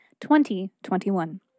2021